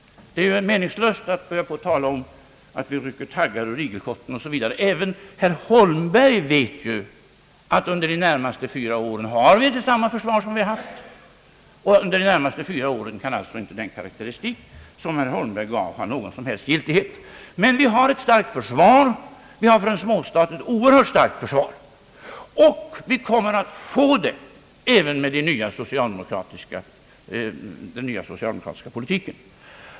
Det är meningslöst att börja tala om att vi rycker taggarna ur den svenska igelkotten osv. Även herr Holmberg vet ju att vi under de närmaste fyra åren har samma försvar som vi hittills har haft. Under de närmaste fyra åren kan alltså inte den karakteristik, som herr Holmberg gav, äga någon som helst giltighet. Men vi har ett starkt försvar. Vi har ett för en småstat synnerligen starkt försvar, och vi kommer att få ett sådant försvar även med den nya socialdemokratiska politiken.